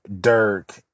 Dirk